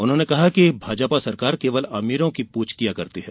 उन्होंने कहा कि भाजपा सरकार केवल अमीरों की पूछ किया करती है